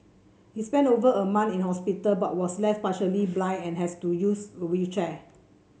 he spent over a month in hospital but was left partially blind and has to use a wheelchair